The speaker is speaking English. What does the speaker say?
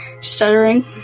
stuttering